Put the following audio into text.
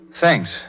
Thanks